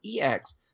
EX